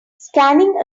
scanning